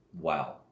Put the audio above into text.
wow